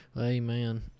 Amen